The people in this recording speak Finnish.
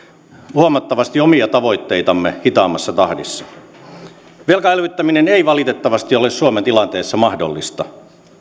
huomattavasti omia tavoitteitamme hitaammassa tahdissa velkaelvyttäminen ei valitettavasti ole suomen tilanteessa mahdollista